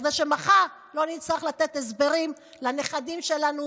כדי שמחר לא נצטרך לתת הסברים לנכדים שלנו